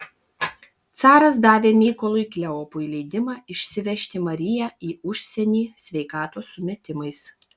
caras davė mykolui kleopui leidimą išsivežti mariją į užsienį sveikatos sumetimais